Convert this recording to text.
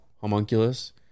homunculus